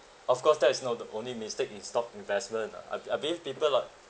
of course that is not the only mistake in stock investment ah I be~ I believe people got